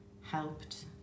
helped